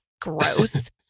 Gross